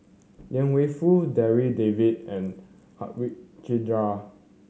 Liang Wenfu Darryl David and Harichandra